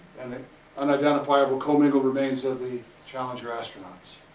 and and unidentifiable commingled remains of the challenger astronauts.